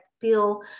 feel